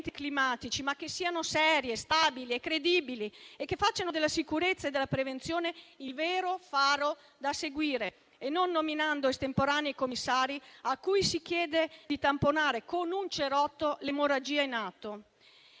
climatici, ma che siano serie, stabili e credibili e che facciano della sicurezza e della prevenzione il vero faro da seguire e non nominando estemporanei commissari a cui si chiede di tamponare con un cerotto le emorragie in atto.